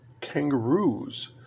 kangaroos